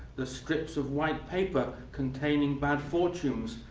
the strips of white paper containing bad fortunes,